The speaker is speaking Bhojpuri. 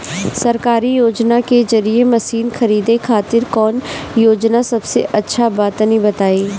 सरकारी योजना के जरिए मशीन खरीदे खातिर कौन योजना सबसे अच्छा बा तनि बताई?